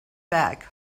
back